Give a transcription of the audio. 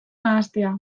nahastea